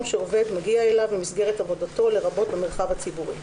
שעובד מגיע אליו במסגרת עבודתו לרבות במרחב הציבורי,